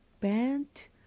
bent